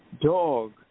dog